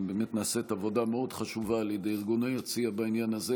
באמת נעשית עבודה מאוד חשובה על ידי ארגון היציע בעניין הזה,